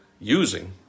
using